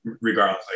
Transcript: Regardless